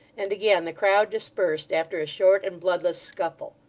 and again the crowd dispersed after a short and bloodless scuffle.